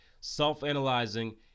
Self-analyzing